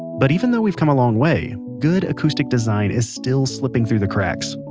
but even though we've come a long way, good acoustic design is still slipping through the cracks.